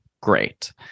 great